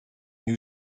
new